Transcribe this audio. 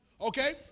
okay